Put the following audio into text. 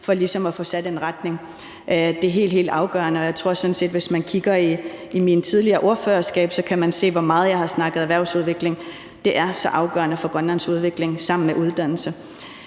for ligesom at få sat en retning. Det er helt, helt afgørende. Og jeg tror sådan set, at hvis man kigger i mine tidligere ordførerskabstaler, kan man se, hvor meget jeg har snakket erhvervsudvikling. Det er sammen med uddannelse